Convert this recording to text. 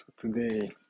today